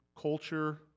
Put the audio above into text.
culture